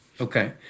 Okay